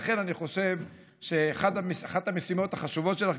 לכן אני חושב שאחת המשימות החשובות שלך,